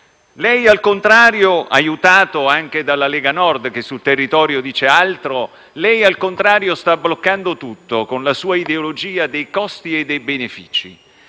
Lei, al contrario, aiutato anche dalla Lega Nord, che sul territorio dice altro, sta bloccando tutto, con la sua ideologia dei costi e dei benefici.